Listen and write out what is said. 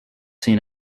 seen